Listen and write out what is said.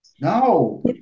No